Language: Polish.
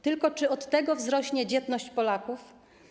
Tylko czy od tego wzrośnie dzietność Polaków?